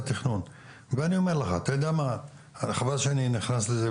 התכנון זה מיכל מריל, הם נמצאים איתנו בזום.